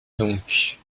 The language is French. donc